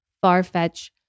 far-fetched